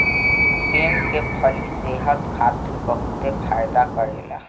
सेम के फली सेहत खातिर बहुते फायदा करेला